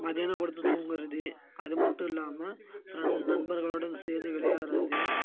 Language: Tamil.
மதியானம் படுத்து தூங்கிறது அது மட்டும் இல்லாமல் ஃப்ரெண்ட் நண்பர்களுடன் சேர்ந்து விளையாடுறது